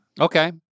Okay